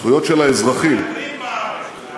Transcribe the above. זכויות של האזרחים, גרים בארץ, הערבים.